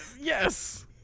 yes